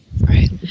Right